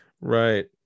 Right